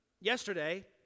yesterday